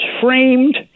framed